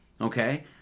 okay